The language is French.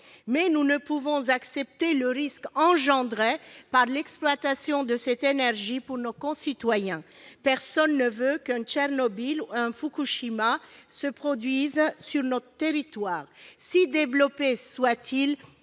ne pouvons toutefois accepter le risque dû à l'exploitation de cette énergie pour nos concitoyens. Personne ne veut qu'un Tchernobyl ou un Fukushima se produise sur notre territoire. Si développé soit-il,